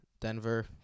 Denver